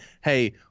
hey